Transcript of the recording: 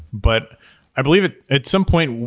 but i believe at at some point,